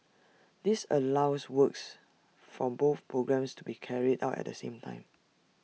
this allows works for both programmes to be carried out at the same time